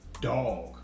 dog